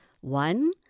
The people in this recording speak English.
One